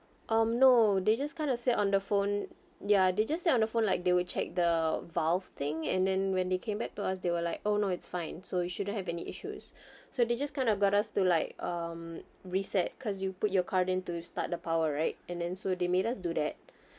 um no they just kind of said on the phone ya they just said on the phone like they will check the valve thing and then when they came back to us they were like oh no it's fine so you shouldn't have any issues so they just kind of got us to like um reset because you put your card in to start the power right and then so they made us do that